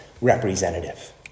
representative